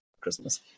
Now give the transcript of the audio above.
Christmas